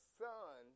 son